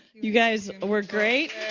you guys were great.